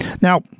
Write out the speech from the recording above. now